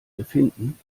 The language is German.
befinden